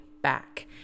back